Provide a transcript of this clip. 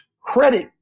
credit